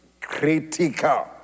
critical